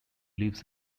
lives